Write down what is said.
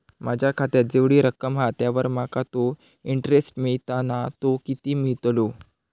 माझ्या खात्यात जेवढी रक्कम हा त्यावर माका तो इंटरेस्ट मिळता ना तो किती मिळतलो?